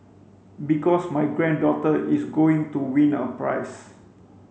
because my granddaughter is going to win a prize